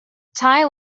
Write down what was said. thai